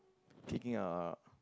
kicking a